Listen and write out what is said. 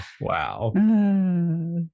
wow